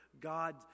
God